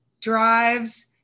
drives